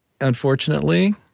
Unfortunately